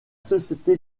société